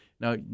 now